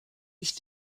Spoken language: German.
ich